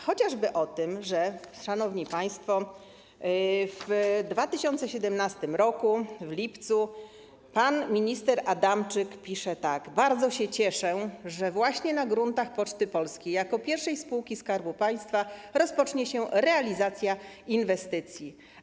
Chociażby o tym, że, szanowni państwo, w lipcu 2017 r. pan minister Adamczyk pisze tak: Cieszę się, że to właśnie na gruntach Poczty Polskiej, jako pierwszej spółki Skarbu Państwa, rozpocznie się realizacja inwestycji.